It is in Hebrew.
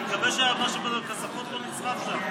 אני מקווה שמשהו בכספות לא נשרף שם.